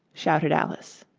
shouted alice.